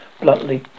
bluntly